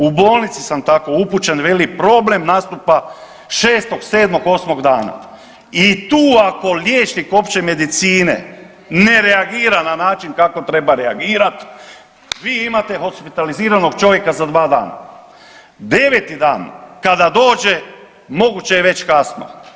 U bolnici sam tako upućen, veli problem nastupa 6., 7., 8. dana i tu ako liječnik opće medicine ne reagira na način kako treba reagirat vi imate hospitaliziranog čovjeka za dva dana, 9. dan kada dođe moguće je već kasno.